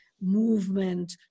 movement